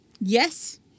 Yes